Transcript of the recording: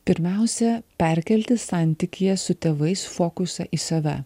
pirmiausia perkelti santykyje su tėvais fokusą į save